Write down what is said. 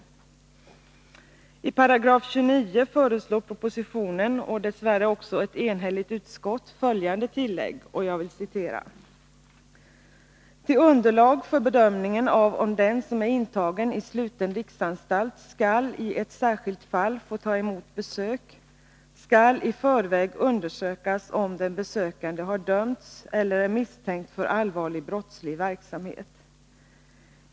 I 29 § föreslår propositionen, och dess värre också ett enhälligt utskott, följande tillägg: ”Till underlag för bedömningen av om den som är intagen i sluten riksanstalt skalli ett särskilt fall få ta emot besök skall i förväg undersökas om den besökande har dömts eller är misstänkt för allvarlig brottslig verksamhet.